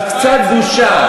אז קצת בושה.